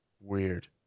Weird